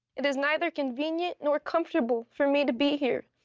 it is neither convenient nor comfortable for me to be here,